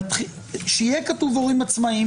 שיהיה כתוב "הורים עצמאיים",